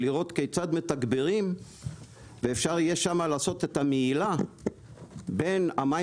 לראות כיצד מתגברים ואפשר יהיה שמה לעשות את הנעילה בין המים